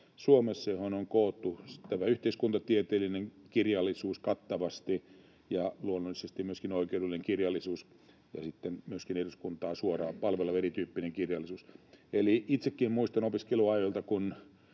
Suomessa, johon on koottu tämä yhteiskuntatieteellinen kirjallisuus kattavasti ja luonnollisesti myöskin oikeudellinen kirjallisuus ja sitten myöskin eduskuntaa suoraan palveleva erityyppinen kirjallisuus. Itsekin muistan opiskeluajoilta,